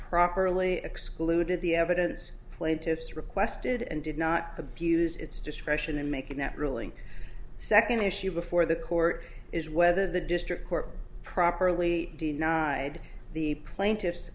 properly excluded the evidence plaintiffs requested and did not abuse its discretion in making that ruling second issue before the court is whether the district court properly denied the plaintiff